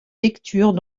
lecture